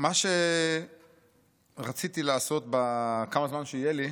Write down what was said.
מה שרציתי לעשות בכמה זמן שיהיה לי,